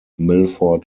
milford